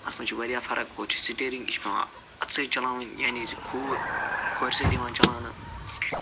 اَتھ منٛز چھِ وارِیاہ فرق ہُتھ چھِ سِٹیٚرنٛگ یہِ چھِ پٮ۪وان اتھٕ سۭتۍ چلاوٕنۍ یعنی زٕ کھوٗر کھورِ سۭتۍ یِوان چلاونہٕ تہٕ